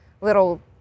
little